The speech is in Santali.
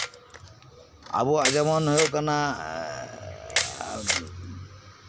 ᱟᱵᱚᱣᱟᱜ ᱡᱮᱢᱚᱱ ᱦᱩᱭᱩᱜ ᱠᱟᱱᱟ